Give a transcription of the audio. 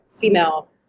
female